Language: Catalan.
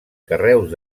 carreus